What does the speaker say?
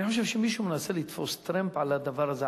אני חושב שמישהו מנסה לתפוס טרמפ על הדבר הזה,